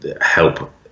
help